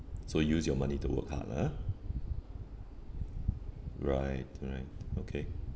so use your money to work hard ah right right okay